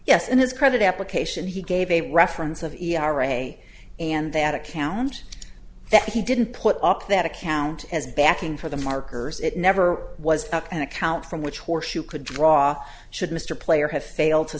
yes in his credit application he gave a reference of a and that account that he didn't put up that account as backing for the markers it never was an account from which horse you could draw should mr player have failed to